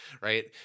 right